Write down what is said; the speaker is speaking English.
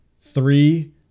three